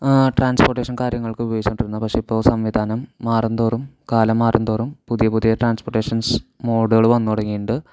transportation കാര്യങ്ങൾക്ക് ഉപയോഗിച്ചുകൊണ്ടിരുന്ന പക്ഷേ ഇപ്പോൾ സംവിധാനം മാറും തോറും കാലം മാറും തോറും പുതിയ പുതിയ ട്രാൻസ്പോർട്ടെഷൻസ് മോഡുകൾ വന്നു തുടങ്ങിയിട്ടുണ്ട്